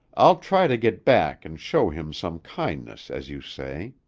i'll try to get back and show him some kindness, as you say.